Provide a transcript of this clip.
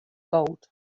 gold